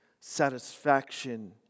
satisfaction